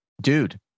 Dude